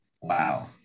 wow